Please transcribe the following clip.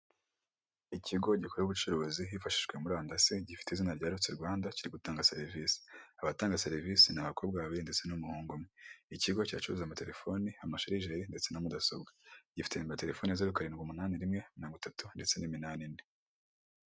Ikigo gikora ubucuruzi hifashijwe murandadasi gifite izina rya rute Rwanda kiri gutanga serivisi, abatanga serivisi ni abakobwa babiri ndetse n'umuhungu umwe. Ikigo Kiracuruza amatelefoni, amashirijeri ndetse na mudasobwa gifite na telefoni zeru karindwi umunani, rimwe mirongo itatu, ndetse n'iminani ine.